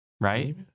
Right